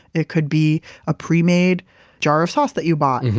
it could be a premade jar of sauce that you bought.